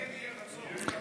כן יהיה רצון.